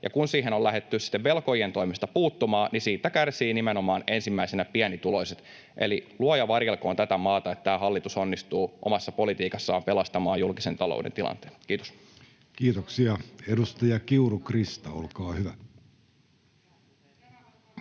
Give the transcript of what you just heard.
kun siihen on lähdetty sitten velkojien toimesta puuttumaan, niin siitä kärsivät nimenomaan ensimmäisenä pienituloiset. Eli luoja varjelkoon tätä maata, että tämä hallitus onnistuu omassa politiikassaan pelastamaan julkisen talouden tilanteen. — Kiitos. [Speech 166] Speaker: